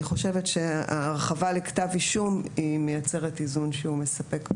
אני חושבת שההרחבה לכתב אישום יוצרת איזון שהוא מספק,